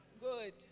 Good